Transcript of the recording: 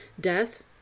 Death